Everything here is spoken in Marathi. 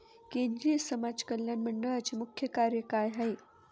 केंद्रिय समाज कल्याण मंडळाचे मुख्य कार्य काय आहे?